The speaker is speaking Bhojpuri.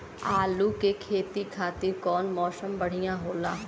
आलू के खेती खातिर कउन मौसम बढ़ियां होला?